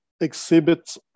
exhibits